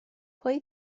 pwy